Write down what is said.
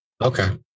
Okay